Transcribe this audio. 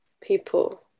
people